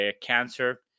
cancer